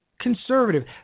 conservative